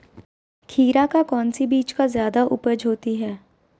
खीरा का कौन सी बीज का जयादा उपज होती है?